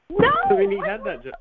No